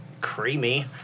Creamy